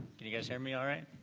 can you guys hear me alright?